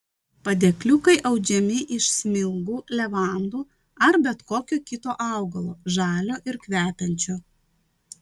padėkliukai audžiami iš smilgų levandų ar bet kokio kito augalo žalio ir kvepiančio